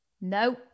No